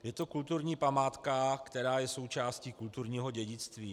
Je to kulturní památka, která je součástí kulturního dědictví.